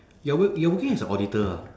your work you are working as a auditor ah